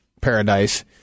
paradise